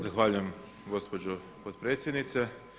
Zahvaljujem gospođo potpredsjednice.